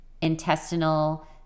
intestinal